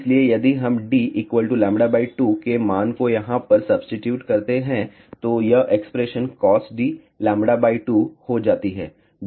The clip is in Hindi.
इसलिए यदि हम d λ2 के मान को यहाँ पर सब्सीटीट्यूट करते हैं तो यह एक्सप्रेशन cos d λ 2 हो जाती है